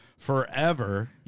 Forever